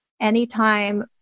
anytime